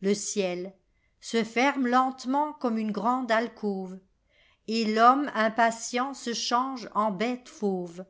le cielse ferme lentement comme une grande alcôve et l'homme impatient se change en bêle fauve